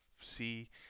see